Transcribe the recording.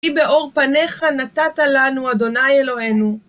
כי באור פניך נתת לנו, אדוני אלוהינו.